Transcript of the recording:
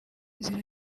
inzira